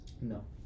No